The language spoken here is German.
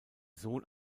sohn